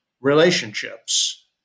relationships